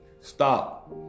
Stop